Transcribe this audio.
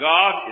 God